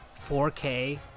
4K